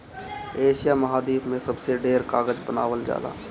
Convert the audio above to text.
Asia महाद्वीप में सबसे ढेर कागज बनावल जाला